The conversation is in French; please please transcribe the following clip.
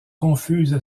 confuses